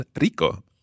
rico